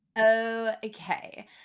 okay